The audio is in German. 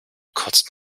kotzt